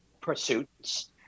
pursuits